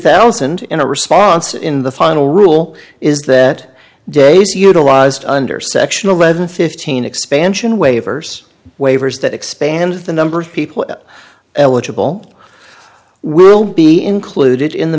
thousand in a response in the final rule is that days utilized under section eleven fifteen expansion waivers waivers that expand the number of people eligible will be included in the